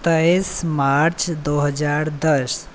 तेइस मार्च दू हजार दस